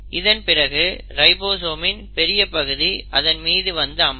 இதன் பிறகு ரைபோசோமின் பெரிய பகுதி அதன் மீது வந்து அமரும்